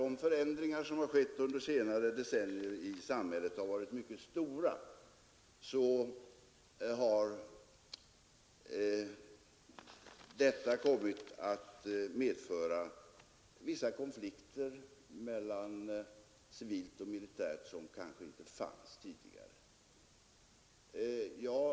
De förändringar som skett under senare decennier i samhället har varit mycket stora, och detta har kommit att medföra vissa konflikter mellan civilt och militärt, som kanske inte fanns tidigare.